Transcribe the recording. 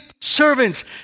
servants